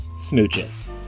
smooches